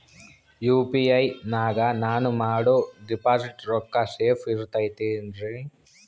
UPI ನಾಗ ನಾನು ಮಾಡೋ ಡಿಪಾಸಿಟ್ ರೊಕ್ಕ ಸೇಫ್ ಇರುತೈತೇನ್ರಿ?